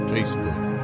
Facebook